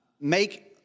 make